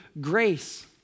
grace